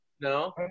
No